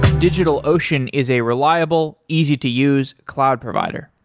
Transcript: digitalocean is a reliable, easy to use cloud provider.